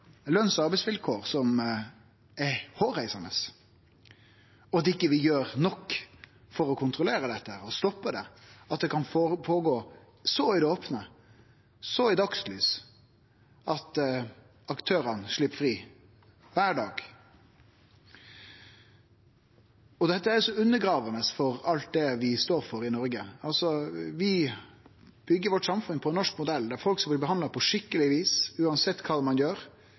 løns- og arbeidsvilkår som er hårreisande, og at vi ikkje gjer nok for å kontrollere dette og stoppe det, at det kan gå føre seg så openlyst, så i dagslys, at aktørane slepp fri – kvar dag. Dette er så undergravande for alt det vi står for i Noreg. Vi byggjer samfunnet vårt på ein norsk modell, der folk skal bli behandla på skikkeleg vis uansett kva ein gjer.